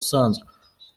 usanzwe